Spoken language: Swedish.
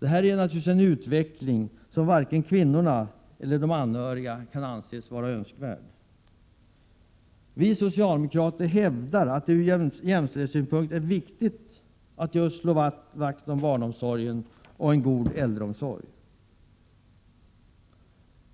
Det här är en utveckling som varken kvinnorna eller de anhöriga kan anse vara önskvärd. Vi socialdemokrater hävdar att det ur jämställhetssynpunkt är viktigt att slå vakt om en god barnomsorg och en god äldreomsorg.